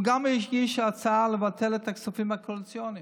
הוא גם הגיש הצעה לבטל את הכספים הקואליציוניים,